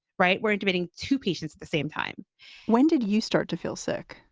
right. we're admitting to patients at the same time when did you start to feel sick?